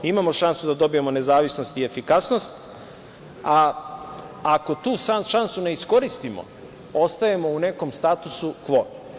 Imamo šansu da dobijemo nezavisnost i efikasnost, a ako tu šansu ne iskoristimo ostajemo u nekom statusu kvo.